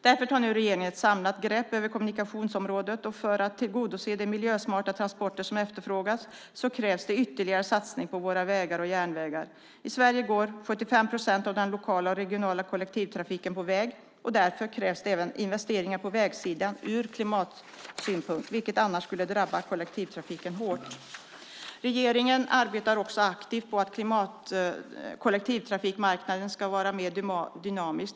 Därför tar nu regeringen ett samlat grepp över kommunikationsområdet, och för att tillgodose de miljösmarta transporter som efterfrågas krävs det ytterligare satsningar på våra vägar och järnvägar. I Sverige går 75 procent av den lokala och regionala kollektivtrafiken på väg och därför krävs det även investeringar på vägsidan ur klimatsynpunkt. Kollektivtrafiken skulle annars drabbas hårt. Regeringen arbetar också aktivt för att kollektivtrafikmarknaden ska vara mer dynamisk.